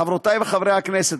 חברותיי וחבריי חברי הכנסת,